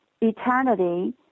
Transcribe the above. eternity